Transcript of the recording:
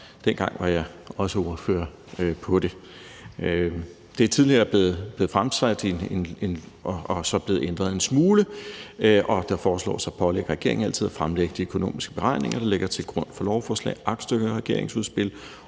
Dengang var jeg også ordfører på det. Det er tidligere blevet fremsat og er så blevet ændret en smule. Det foreslås at pålægge regeringen altid at fremlægge de økonomiske beregninger, der ligger til grund for lovforslag, aktstykker, regeringsudspil